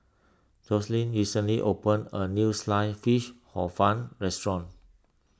Jocelyn recently opened a new Sliced Fish Hor Fun restaurant